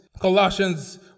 Colossians